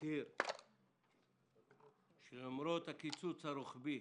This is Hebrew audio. הצהיר שלמרות הקיצוץ הרוחבי